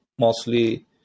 mostly